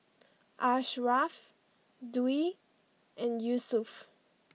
Ashraff Dwi and Yusuf